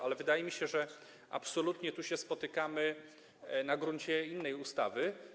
Ale wydaje mi się, że zdecydowanie tu się spotkamy na gruncie innej ustawy.